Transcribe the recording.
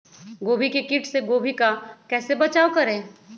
गोभी के किट से गोभी का कैसे बचाव करें?